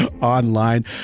online